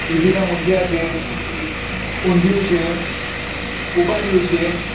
દૂધીનાં મુઠીયા છે ઊંધિયું છે ઉંબાડિયું છે